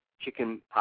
chicken